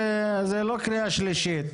זו לא קריאה שלישית.